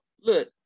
Look